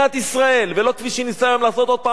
ולא כפי שניסה היום לעשות איתן הבר,